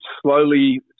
slowly